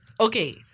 okay